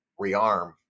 rearm